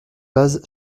base